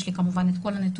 יש לי כמובן את כל הנתונים,